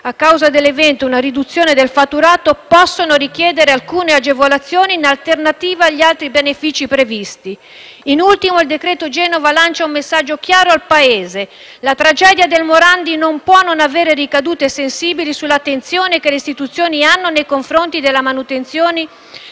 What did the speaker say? a causa dell’evento, una riduzione del fatturato possono richiedere alcune agevolazioni in alternativa agli altri benefici previsti. In ultimo, il decreto per Genova lancia un messaggio chiaro al Paese: la tragedia del Morandi non può non avere ricadute sensibili sull’attenzione che le istituzioni hanno nei confronti della manutenzione